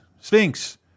Sphinx